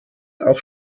auch